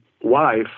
wife